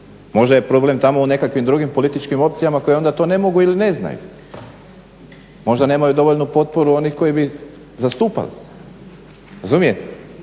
možda je problem tamo u nekakvim drugim političkim opcijama koje onda to ne mogu ili ne znaju. Možda nemaju dovoljnu potporu onih koji bi zastupali, razumijete.